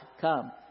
come